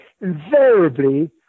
invariably